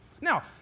Now